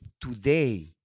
Today